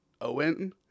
Owen